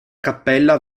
cappella